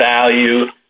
value